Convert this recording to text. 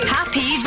Happy